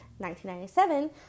1997